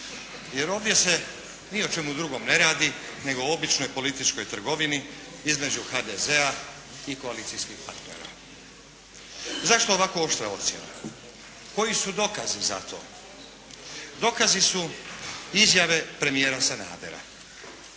jer ovdje se ni o čemu drugom ne radi nego o običnoj političkoj trgovini između HDZ-a i koalicijskih partnera. Zašto ovako oštra ocjena? Koji su dokazi za to? Dokazi su izjave premijera Sanadera.